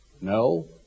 No